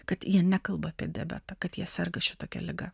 kad jie nekalba apie diabetą tą kad jie serga šitokia liga